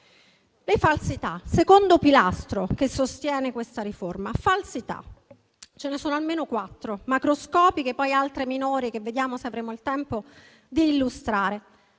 Le falsità sono il secondo pilastro che sostiene questa riforma. Ce ne sono almeno quattro macroscopiche, poi ce ne sono altre minori che vedremo se avremo il tempo di illustrare.